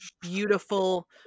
beautiful